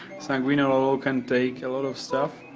you know can take a lot of stuff.